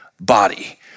body